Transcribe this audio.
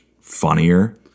funnier